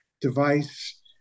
device